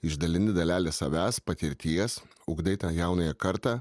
išdalini dalelę savęs patirties ugdai tą jaunąją kartą